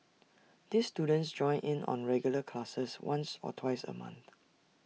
these students join in on regular classes once or twice A month